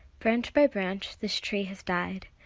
branch by branch this tree has died.